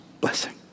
blessing